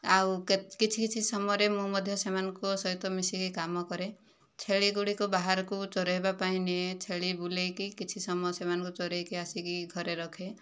ଆଉ କିଛି କିଛି ସମୟରେ ମୁଁ ମଧ୍ୟ ସେମାନଙ୍କ ସହିତ ମିଶିକି କାମ କରେ ଛେଳି ଗୁଡ଼ିକ ବାହାରକୁ ଚରାଇବା ପାଇଁ ନିଏ ଛେଳି ବୁଲାଇକି କିଛି ସମୟ ସେମାନଙ୍କୁ ଚରାଇକି ଆସିକି ଘରେ ରଖେ